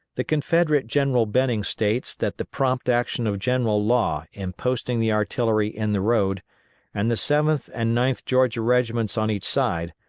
the confederate general benning states that the prompt action of general law in posting the artillery in the road and the seventh and ninth georgia regiments on each side,